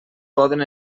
poden